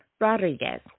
Rodriguez